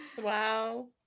Wow